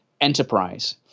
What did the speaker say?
enterprise